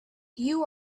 you